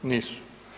Nisu.